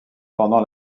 pendant